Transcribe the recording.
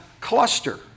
cluster